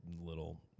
little